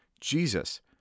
Jesus